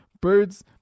birds